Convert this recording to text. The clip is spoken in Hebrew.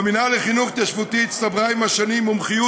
במינהל לחינוך התיישבותי הצטברה עם השנים מומחיות